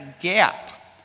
gap